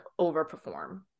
overperform